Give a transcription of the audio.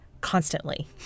constantly